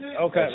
Okay